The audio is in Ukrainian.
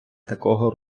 такого